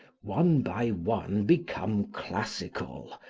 one by one become classical,